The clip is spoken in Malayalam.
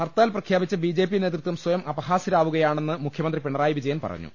ഹർത്താൽ പ്രഖ്യാപിച്ച് ബിജെപി നേതൃത്വം സ്വയം അപഹാസ്യരാ വുകയാണെന്ന് മുഖ്യമന്ത്രി പിണറായി വിജയൻ പറഞ്ഞു